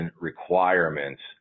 requirements